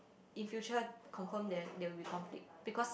in future confirm there there will be conflict because